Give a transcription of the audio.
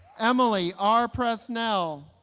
emily r. pressnell